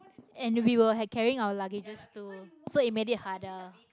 and we were had carrying our luggages to so it made it harder